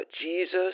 Jesus